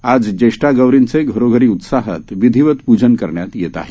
आज ज्येष्ठा गौरींचे घरोघरी उत्साहात विधिवत पूजन करण्यात येत आहे